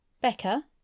Becca